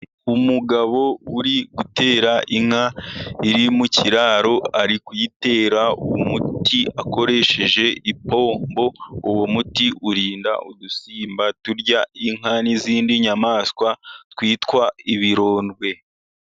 Umugabo uri gutera inka iri mu kiraro, ari kuyitera umuti akoresheje ipombo, uwo muti urinda udusimba turya inka, n'izindi nyamaswa, twitwa ibirondwe.